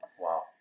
Wow